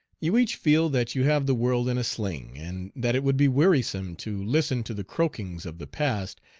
you each feel that you have the world in a sling, and that it would be wearisome to listen to the croakings of the past,